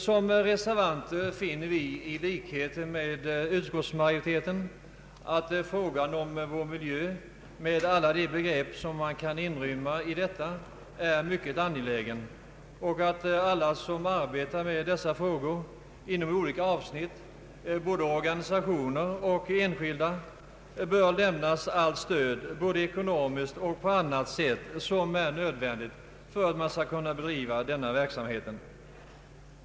Som reservanter finner vi, i likhet med utskottsmajoriteten, att frågan om vår miljö med alla de begrepp som kan inrymmas i detta är mycket angelägen och att alla som arbetar med dessa frågor inom olika avsnitt, både organisationer och enskilda, bör lämnas allt stöd, ekonomiskt och annat, som är nödvändigt för att man skall kunna driva denna verksamhet.